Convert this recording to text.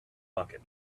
bucket